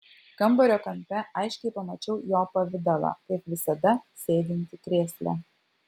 kambario kampe aiškiai pamačiau jo pavidalą kaip visada sėdintį krėsle